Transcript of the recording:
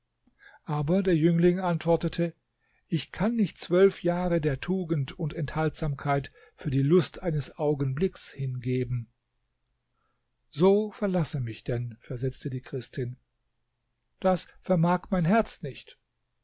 aber der jüngling antwortete ich kann nicht zwölf jahre der tugend und enthaltsamkeit für die lust eines augenblicks hingeben so verlasse mich denn versetzte die christin das vermag mein herz nicht